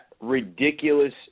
ridiculous